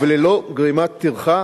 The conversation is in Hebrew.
וללא גרימת טרחה,